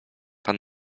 pan